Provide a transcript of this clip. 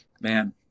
Man